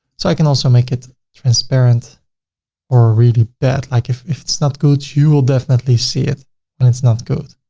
so i can also make it transparent or really bad. like if if it's not good, you will definitely see it when it's not good.